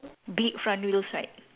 big front wheels right